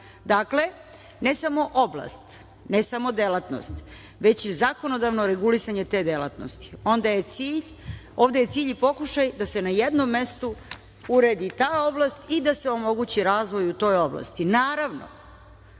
Dakle, ne samo oblast, ne samo delatnost, već i zakonodavno regulisanje te delatnosti. Ovde je cilj i pokušaj da se na jednom mestu uredi i ta oblast i da se omogući razvoj u toj oblasti,